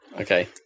okay